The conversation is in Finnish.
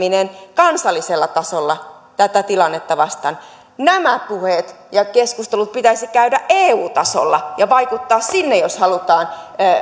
kansallisella tasolla tätä tilannetta vastaan nämä puheet ja keskustelut pitäisi käydä eu tasolla ja vaikuttaa sinne jos halutaan